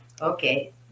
Okay